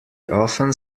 often